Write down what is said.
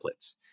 templates